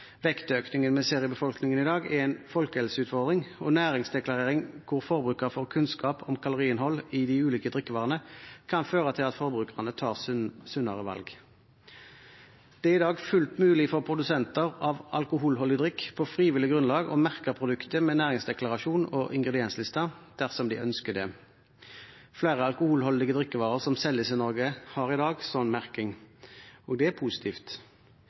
Vektøkningen vi ser i befolkningen i dag, er en folkehelseutfordring, og næringsdeklarasjon, hvor forbrukeren får kunnskap om kaloriinnhold i de ulike drikkevarene, kan føre til at forbrukerne tar sunnere valg. Det er i dag fullt mulig for produsenter av alkoholholdig drikk på frivillig grunnlag å merke produktet med næringsdeklarasjon og ingrediensliste, dersom de ønsker det. Flere alkoholholdige drikkevarer som selges i Norge, har i dag slik merking, og det er positivt.